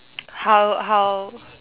how how